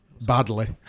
Badly